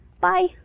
Bye